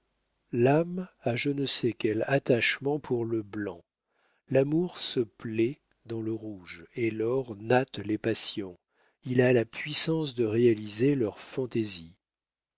l'âme a je ne sais quel attachement pour le blanc l'amour se plaît dans le rouge et l'or flatte les passions il a la puissance de réaliser leurs fantaisies